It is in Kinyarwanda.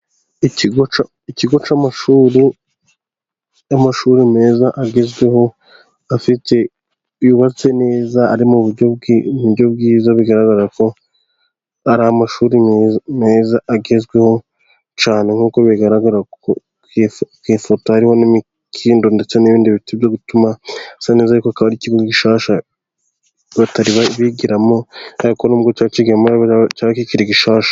Ikigo cy'amashuri, cy'amashuri meza agezweho yubatse neza ari mu buryo bwiza, bigaragara ko ari amashuri meza agezweho cyane, nkuko bigaragara ku ifoto hariho n'imikindo ndetse n'ibindi biti byo gutuma hasa neza, ariko kikaba ari ikigo gishyashya batari bigiramo, ari Kandi ko nubwo baba bigiyemo ariko kikaba ari ikigo gishyashya.